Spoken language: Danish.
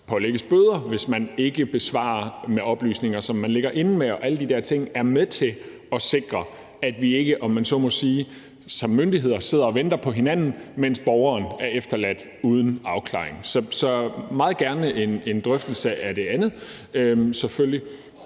pålægges bøder, hvis man ikke besvarer med oplysninger, som man lægger inde med. Alle de der ting er med til at sikre, at vi ikke, om man så må sige, som myndigheder sidder og venter på hinanden, mens borgeren er efterladt uden afklaring. Så jeg vil meget gerne tage en drøftelse af det andet, selvfølgelig,